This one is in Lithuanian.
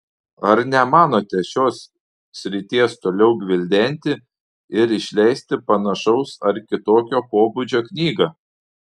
ar nemanote šios srities toliau gvildenti ir išleisti panašaus ar kitokio pobūdžio knygą